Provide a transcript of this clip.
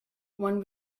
when